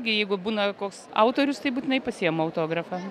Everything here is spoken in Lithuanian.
jeigu būna koks autorius tai būtinai pasiimu autografą